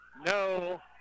No